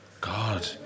God